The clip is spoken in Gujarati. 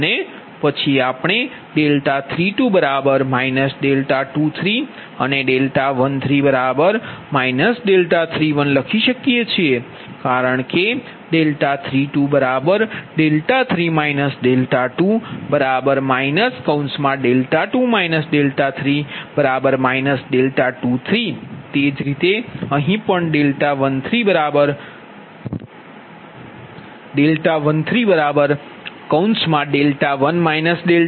અને પછી આપણે 32 −23 અને 13 −31લખી શકીએ કારણ કે 32 3 −2 −2 − 3 −23 તે જ રીતે અહીં પણ 13 1 − 3 −3 − 1 −31છે